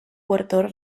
puerto